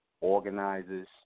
organizers